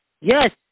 Yes